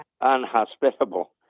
unhospitable